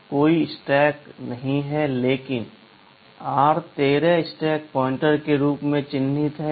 कोई स्टैक नहीं है लेकिन r13 स्टैक पॉइंटर के रूप में चिह्नित है